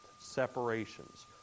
Separations